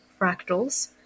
fractals